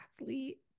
athlete